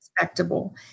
respectable